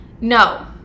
no